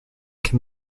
can